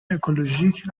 اکولوژیک